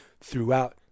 throughout